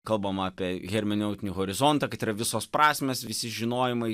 kalbama apie hermeneutinį horizontą kad yra visos prasmės visi žinojimai